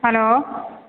hello